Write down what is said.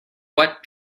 what